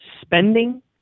Spending